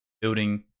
building